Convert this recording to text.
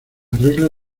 arregle